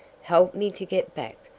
help me to get back!